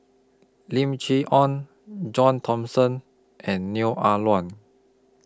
Lim Chee Onn John Thomson and Neo Ah Luan